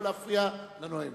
לא להפריע לנואם.